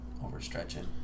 overstretching